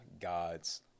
God's